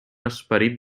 esperit